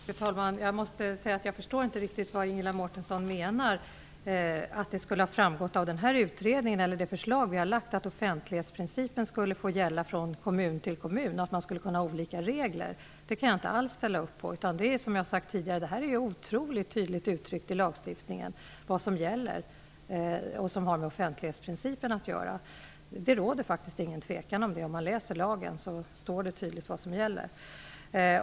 Fru talman! Jag måste säga att jag inte riktigt förstår vad Ingela Mårtensson menar när hon säger att det skulle ha framgått av det förslag som jag lagt fram att offentlighetsprincipen skulle få gälla från kommun till kommun, att man skulle kunna ha olika regler. Det kan jag inte alls hålla med om. Som jag sagt tidigare är det otroligt klart uttryckt i lagstiftningen vad som gäller i fråga om offentlighetsprincipen. Det råder faktiskt ingen tvekan, det står tydligt i lagen.